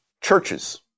churches